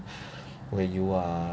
where you are